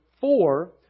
four